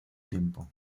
tiempo